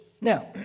Now